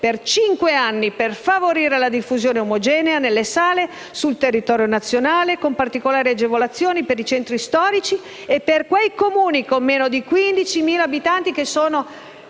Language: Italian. per cinque anni per favorire la diffusione omogenea delle sale sul territorio nazionale, con particolari agevolazioni per i centri storici e per quei Comuni con meno di 15.000 abitanti che sono